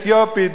אתיופי,